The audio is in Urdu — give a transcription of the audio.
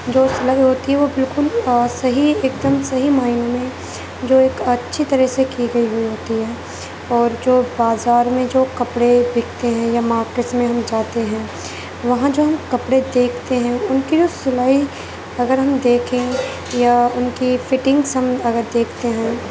جو سلائی ہوتی ہے وہ بالکل صحیح ایک دم صحیح معنوں میں جو ایک اچھی طرح سے کی گئی ہوئی ہوتی ہے اور جو بازار میں جو کپڑے بکتے ہیں یا مارکیٹس میں ہم جاتے ہیں وہاں جو ہم کپڑے دیکھتے ہیں ان کی جو سلائی اگر ہم دیکھیں یا ان کی فٹنگس ہم اگر دیکھتے ہیں